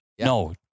no